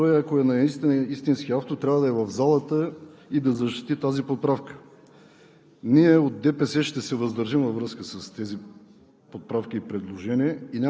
истинският вносител на § 12 е господин Томислав Дончев и ако той е истинският автор, трябва да е в залата и да защити тази поправка.